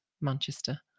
Manchester